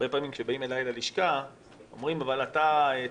הרבה פעמים כשבאים אליי ללשכה אומרים: תשמע,